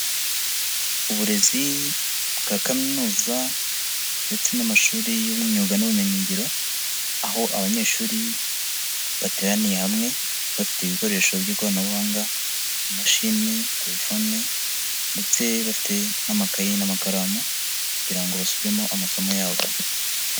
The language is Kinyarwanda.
Uburezi bwa kaminuza ndetse n'amashuri y'imyuga n'ubumenyingiro, aho abanyeshuri bateraniye hamwe ,bafite ibikoresho by'ikoranabuhanga, imashini, telefone ,ndetse bafite n'amakayi n'amakaramu, kugira ngo basubiremo amasomo yabo.